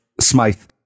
smith